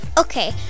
Okay